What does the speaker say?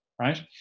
right